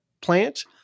plant